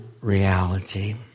reality